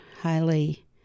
highly